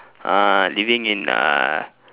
uh living in uh